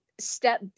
step